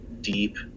deep